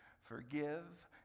Forgive